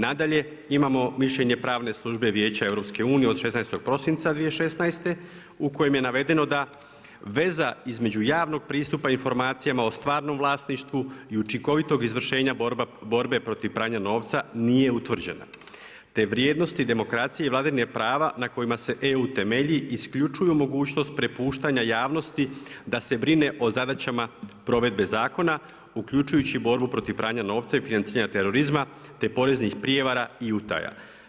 Nadalje, imamo mišljenje pravne službe Vijeća EU od 16.12.2016. u kojem je navedeno da veza između javnog pristupa i informacijama o stvarnom vlasništvu i o učinkovitog izvršenja borbe protiv pranja novca nije utvrđena, te vrijednosti, demokracije i vladavine prava na kojima se EU temelji isključuju mogućnost prepuštanja javnosti, da se brine o zadaćama provedbe zakona, uključujući borbu protiv pranja novca i financiranja terorizma, te poreznih prijevara i utaja.